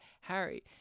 harry